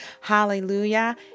Hallelujah